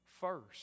first